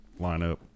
lineup